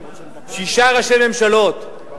שישה ראשי ממשלות,